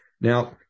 now